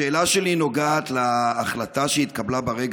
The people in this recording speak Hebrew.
השאלה שלי נוגעת להחלטה שהתקבלה ברגע